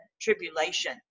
tribulation